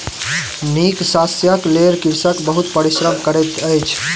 नीक शस्यक लेल कृषक बहुत परिश्रम करैत अछि